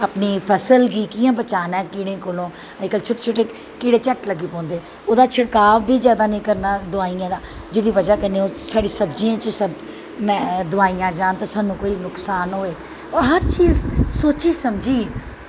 अपनी फसल गी कियां बचाना ऐ कीड़ें कोलों ऐग्रीकल्चर च कीड़े झट्ट लग्गी पौंदे ओह्दा शिड़काव बी जादा नी करनां दवाईयें दा जेह्दी बज़ा कन्नैं साढ़ी सब्जियें च दवाईयां जान ते साह्नू कोई नुकसान होए हर चज़ सोची समझियै